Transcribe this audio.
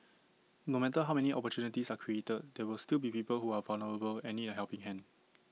no matter how many opportunities are created there will still be people who are vulnerable and need A helping hand